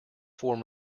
form